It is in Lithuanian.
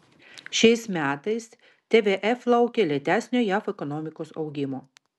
šiais metais tvf laukia lėtesnio jav ekonomikos augimo